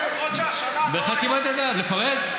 למרות שהשנה האחרונה, בחתימת, לפרט?